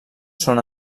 són